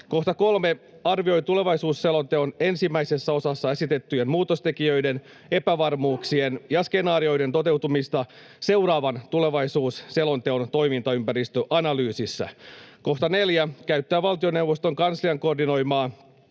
3) arvioi tulevaisuusselonteon ensimmäisessä osassa esitettyjen muutostekijöiden, epävarmuuksien ja skenaarioiden toteutumista seuraavan tulevaisuusselonteon toimintaympäristöanalyysissä. 4) käyttää valtioneuvoston kanslian koordinoimaa